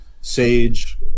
sage